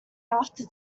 after